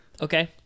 Okay